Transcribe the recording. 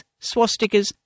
swastikas